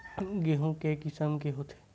गेहूं के किसम के होथे?